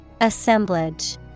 Assemblage